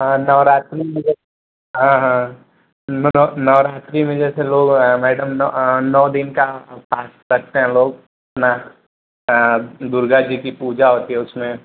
हाँ नवरात्रि में हाँ हाँ नवरात्री में जैसे लोग मैडम नौ नौ दिन का फास्ट रखते हैं लोग अपना दुर्गा जी की पूजा होती है उसमें